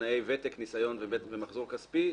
תנאי ותק, ניסיון ומחזור כספי.